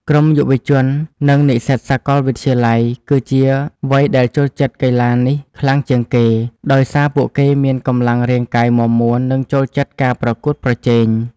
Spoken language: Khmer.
ក្រុមយុវជន និងនិស្សិតសាកលវិទ្យាល័យ គឺជាវ័យដែលចូលចិត្តកីឡានេះខ្លាំងជាងគេ ដោយសារពួកគេមានកម្លាំងរាងកាយមាំមួន និងចូលចិត្តការប្រកួតប្រជែង។